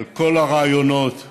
על כל הרעיונות שהבאת,